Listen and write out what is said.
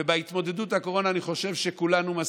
ובהתמודדות עם הקורונה אני חושב שכולנו,